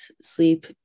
sleep